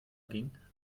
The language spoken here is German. ging